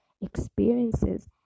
experiences